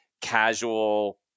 casual